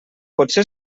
potser